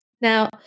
Now